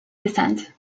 descent